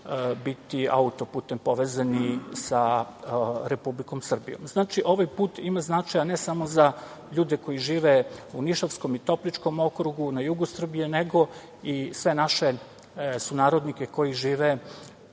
biti auto-putem povezani sa Republikom Srbijom. Znači, ovaj put ima značaja ne samo za ljude koji žive u Nišavskom i Topličkom okrugu, na jugu Srbije, nego i sve naše sunarodnike koji žive